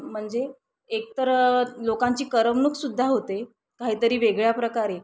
म्हणजे एकतर लोकांची करमणूकसुद्धा होते काहीतरी वेगळ्या प्रकारे